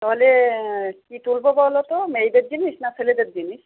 তাহলে কী তুলব বলো তো মেয়েদের জিনিস না ছেলেদের জিনিস